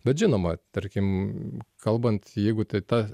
bet žinoma tarkim kalbant jeigu tai ta